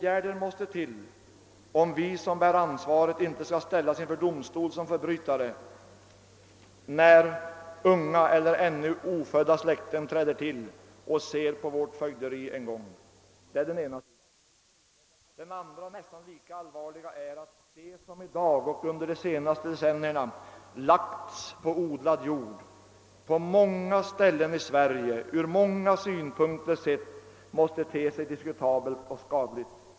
Åtgärder måste till, om vi som bär ansvaret inte skall ställas inför domstol som förbrytare, när unga eller ännu ofödda släkten träder till och ser på vårt fögderi en gång. Detta är den ena sidan. Den andra, nästan lika allvarliga, är att det som i dag och under de senaste decennierna lagts på odlad jord, på många ställen i Sverige och sett ur många synpunkter, måste te sig diskutabelt och skadligt.